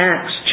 Acts